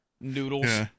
noodles